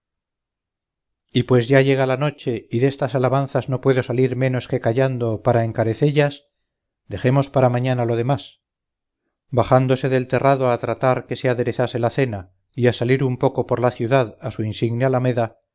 y pues ya llega la noche y destas alabanzas no puedo salir menos que callando para encarecellas dejemos para mañana lo demás bajándose del terrado a tratar que se aderezase la cena y a salir un poco por la ciudad a su insigne alameda